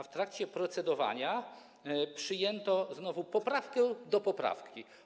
W trakcie procedowania przyjęto poprawkę do poprawki.